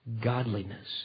godliness